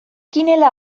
ginela